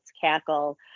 cackle